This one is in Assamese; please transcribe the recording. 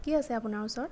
কি আছে আপোনাৰ ওচৰত